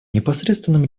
непосредственным